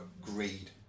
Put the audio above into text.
greed